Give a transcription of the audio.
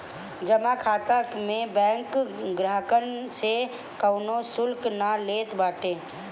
जमा खाता में बैंक ग्राहकन से कवनो शुल्क ना लेत बाटे